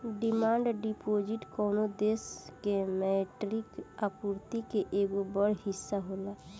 demand deposit कवनो देश के मौद्रिक आपूर्ति के एगो बड़ हिस्सा होला